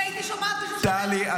אם הייתי שומעת מישהו שאומר בוגדים,